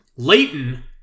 Leighton